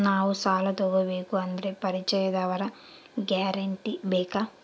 ನಾವು ಸಾಲ ತೋಗಬೇಕು ಅಂದರೆ ಪರಿಚಯದವರ ಗ್ಯಾರಂಟಿ ಬೇಕಾ?